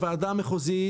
הוועדה המחוזית,